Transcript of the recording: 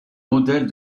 modèle